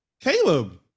Caleb